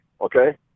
Okay